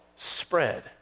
spread